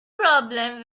problem